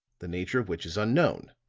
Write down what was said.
the nature of which is unknown.